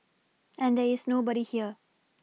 and there is nobody here